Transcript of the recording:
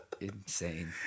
insane